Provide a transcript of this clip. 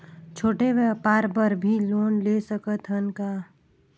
छोटे व्यापार बर भी लोन ले सकत हन का?